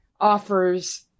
offers